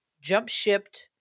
jump-shipped